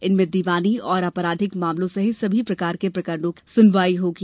इनमें दीवानी और आपराधिक मामलों सहित सभी प्रकार के प्रकरणों की सुनवाई होगी